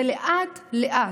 ולאט-לאט,